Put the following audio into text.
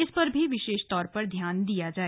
इस पर भी विशेष तौर पर ध्यान दिया जाय